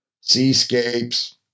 seascapes